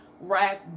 rack